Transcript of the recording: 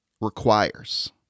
requires